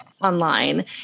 online